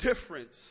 difference